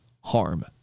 harm